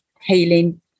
healing